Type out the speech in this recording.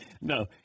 No